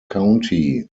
county